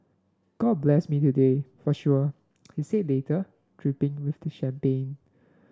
god blessed me today for sure he said later dripping with champagne